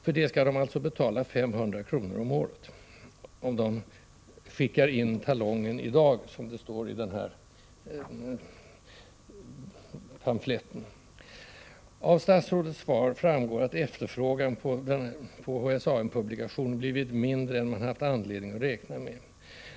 För detta skall läkare och sjuksköterskor betala 500 kr. om året — om de ”skickar in talongen i dag”, som det står i den pamflett som informerar om detta. Av statsrådets svar framgår att efterfrågan på HSAN-publikationerna blivit mindre än man haft anledning att räkna med.